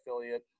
affiliate